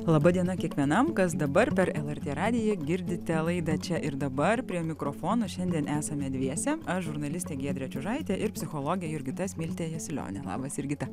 laba diena kiekvienam kas dabar per lrt radiją girdite laidą čia ir dabar prie mikrofono šiandien esame dviese aš žurnalistė giedrė čiužaitė ir psichologė jurgita smiltė jasiulionė labas jurgita